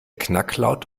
knacklaut